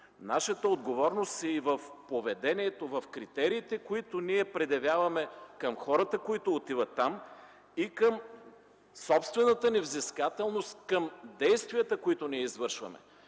Нашата отговорност е и в поведението, в критериите, които ние предявяваме към хората, които отиват там, и към собствената ни взискателност към действията, които ние извършваме.